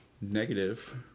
negative